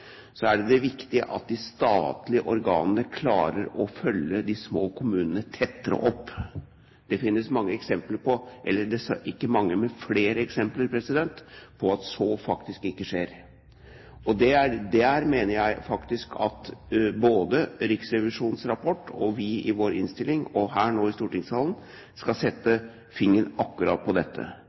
er at de statlige organene klarer å følge de små kommunene tettere opp. Det finnes flere eksempler på at det faktisk ikke skjer. Jeg mener at både Riksrevisjonens rapport og vi i vår innstilling og her i stortingssalen nå setter fingeren på akkurat dette.